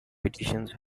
petitions